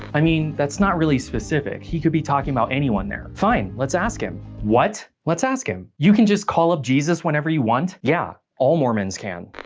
i mean, that's not really specific, he could be talking about anyone there, fine, let's ask him. what? let's ask him. you can just call up jesus whenever you want? yeah, all mormons can.